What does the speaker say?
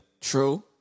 True